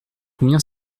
combien